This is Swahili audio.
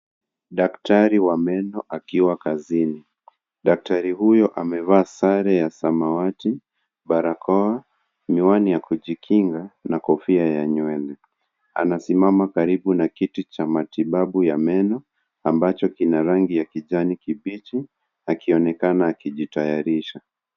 Daktari wa meno akiwa kazini. Daktari huyo amevaa sare ya samawati barakoa miwani ya kujikinga na kofia ya nywele. Amesimama karibu na kitu cha matibabu ya meno ambacho kina rangi ya kijani kibichi akionekana akijitayarisha.